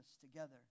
together